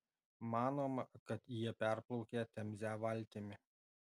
manoma kad jie perplaukė temzę valtimi